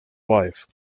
wife